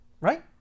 right